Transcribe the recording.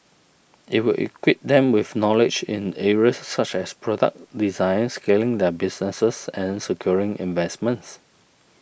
it will equip them with knowledge in areas such as product design scaling their businesses and securing investments